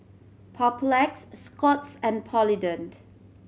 Papulex Scott's and Polident